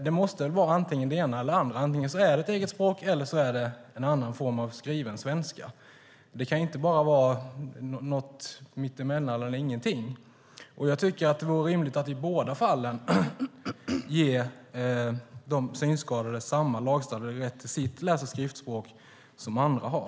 Det måste ju vara det ena eller det andra; antingen är det ett eget språk eller så är det en annan form av skriven svenska. Det kan inte vara något mitt emellan eller ingenting. Jag tycker att det vore rimligt att i båda fall ge de synskadade samma rätt till sitt läs och skriftspråk som andra har.